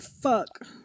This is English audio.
fuck